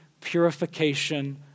purification